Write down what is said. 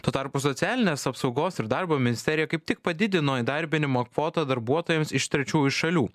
tuo tarpu socialinės apsaugos ir darbo ministerija kaip tik padidino įdarbinimo kvotą darbuotojams iš trečiųjų šalių